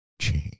Change